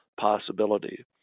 possibility